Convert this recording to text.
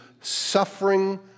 suffering